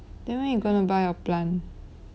then when you gonna buy your plant